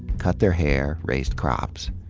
cut the ir hair, raised crops.